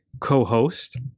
co-host